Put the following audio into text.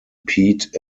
pete